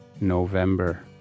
November